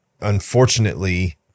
unfortunately